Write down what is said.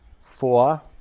Four